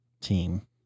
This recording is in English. team